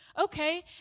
Okay